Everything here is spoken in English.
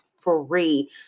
free